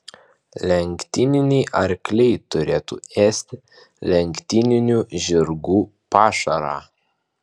lenktyniniai arkliai turėtų ėsti lenktyninių žirgų pašarą